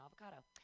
avocado